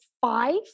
five